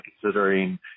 considering